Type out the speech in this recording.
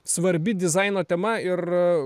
svarbi dizaino tema ir